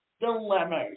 dilemmas